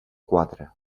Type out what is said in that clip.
quadre